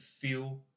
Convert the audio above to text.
feel